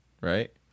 right